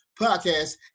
podcast